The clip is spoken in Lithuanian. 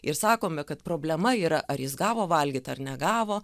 ir sakome kad problema yra ar jis gavo valgyt ar negavo